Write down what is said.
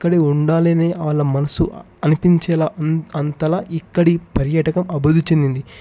ఇక్కడే ఉండాలని ఆల మనసు అనిపించేలా అంతలా ఇక్కడి పర్యటకం అభివృద్ధి చెందింది